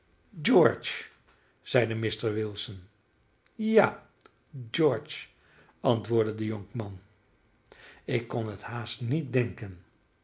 george zeide mr wilson ja george antwoordde de jonkman ik kon het haast niet denken